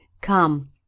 come